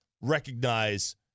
recognize